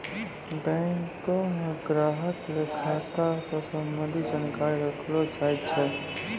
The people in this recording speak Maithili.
बैंको म ग्राहक ल खाता स संबंधित जानकारी रखलो जाय छै